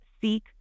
seek